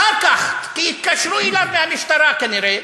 אחר כך, כי התקשרו אליו מהמשטרה כנראה,